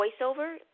voiceover